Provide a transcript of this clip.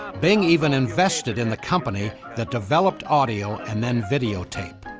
bing even invested in the company that developed audio and then video tape.